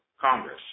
Congress